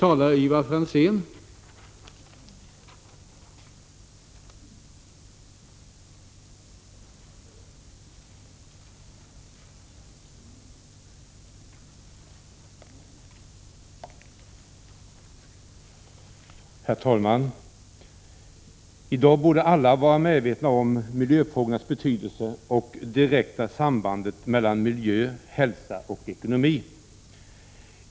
Herr talman! I dag borde alla vara medvetna om miljöfrågornas betydelse och det direkta sambandet mellan miljö, hälsa och ekonomi.